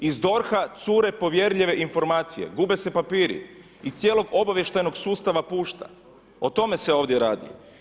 Iz DORH-a cure povjerljive informacije, gube se papiri, iz cijelog obavještajnog sustava, pušta, o tome se ovdje radi.